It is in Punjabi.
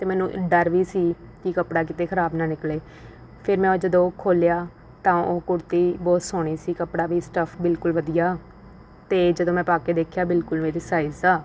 ਅਤੇ ਮੈਨੂੰ ਡਰ ਵੀ ਸੀ ਕੀ ਕੱਪੜਾ ਕਿਤੇ ਖਰਾਬ ਨਾ ਨਿਕਲੇ ਫਿਰ ਮੈਂ ਉਹ ਜਦੋਂ ਖੋਲ੍ਹਿਆ ਤਾਂ ਉਹ ਕੁੜਤੀ ਬਹੁਤ ਸੋਹਣੀ ਸੀ ਕੱਪੜਾ ਵੀ ਸਟੱਫ ਬਿਲਕੁਲ ਵਧੀਆ ਅਤੇ ਜਦੋਂ ਮੈਂ ਪਾ ਕੇ ਦੇਖਿਆ ਬਿਲਕੁਲ ਮੇਰੇ ਸਾਈਜ਼ ਦਾ